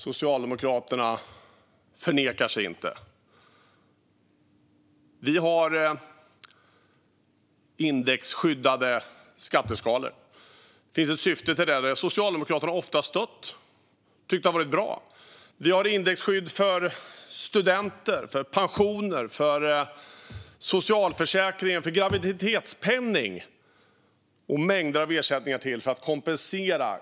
Socialdemokraterna förnekar sig inte. Vi har indexskyddade skatteskalor. Det finns ett syfte med det. Det har Socialdemokraterna ofta stött och tyckt varit bra. Vi har indexskydd för studenters ersättningar, pensioner, socialförsäkring, graviditetspenning och mängder av andra ersättningar för att kompensera.